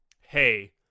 hey